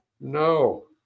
No